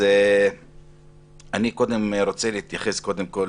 קודם כול